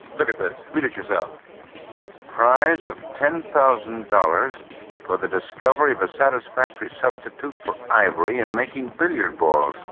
look at this, read it yourself. a prize of ten thousand dollars for the discovery of a satisfactory substitute for ivory and making billiard balls.